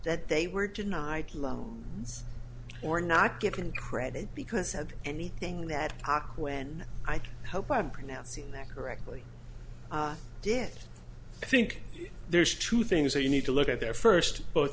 that they were denied loan or not given credit because had anything bad och when i do hope i'm pronouncing that correctly did i think there's two things that you need to look at their first both